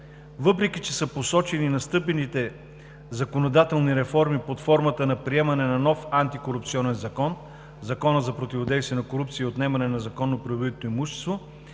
Въпреки че са посочени настъпилите законодателни реформи под формата на приемане на нов антикорупционен закон (Закон за противодействие на корупцията и за отнемане на незаконно придобитото имущество),